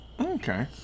okay